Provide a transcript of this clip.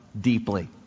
deeply